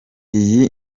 iyi